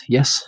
Yes